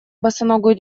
босоногую